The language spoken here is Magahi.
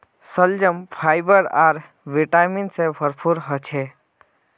शलजम फाइबर आर विटामिन से भरपूर ह छे